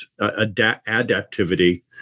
adaptivity